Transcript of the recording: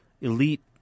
elite